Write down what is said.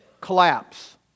collapse